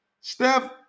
Steph